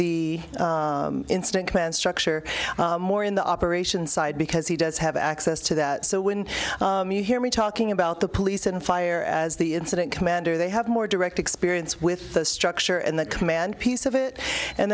incident command structure more in the operations side because he does have access to that so when you hear me talking about the police and fire as the incident commander they have more direct experience with the structure and the command piece of it and